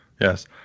Yes